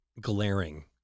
glaring